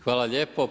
Hvala lijepo.